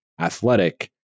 ATHLETIC